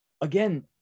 again